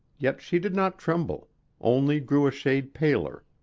yet she did not tremble only grew a shade paler.